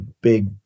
big